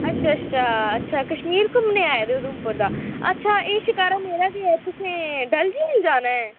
अच्छा अच्छा अच्छा कश्मीर घुम्मने ई आए दे उधमपुर दा अच्छा एह् शकारा मेरा गै तुसें डल झील जाना ऐ